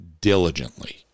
diligently